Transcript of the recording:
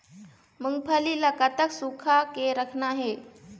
मूंगफली ला कतक सूखा के रखना हे?